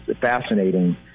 fascinating